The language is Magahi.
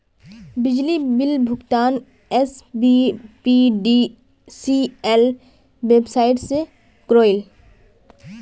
बिजली बिल भुगतान एसबीपीडीसीएल वेबसाइट से क्रॉइल